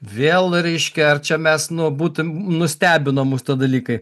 vėl reiškia ar čia mes nu būtum nustebino mus ta dalykai